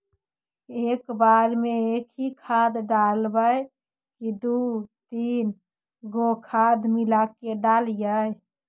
एक बार मे एकही खाद डालबय की दू तीन गो खाद मिला के डालीय?